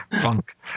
Funk